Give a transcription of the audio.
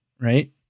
right